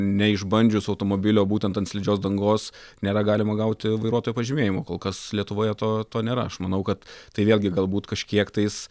neišbandžius automobilio būtent ant slidžios dangos nėra galima gauti vairuotojo pažymėjimo kol kas lietuvoje to to nėra aš manau kad tai vėlgi galbūt kažkiek tais